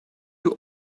you